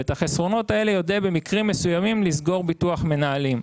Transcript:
ואת החסרונות האלה יודע במקרים מסוימים לסגור ביטוח מנהלים.